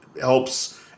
helps